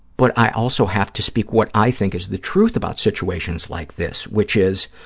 but i also have to speak what i think is the truth about situations like this, which is